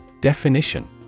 Definition